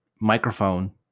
Microphone